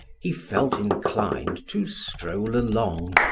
he felt inclined to stroll along,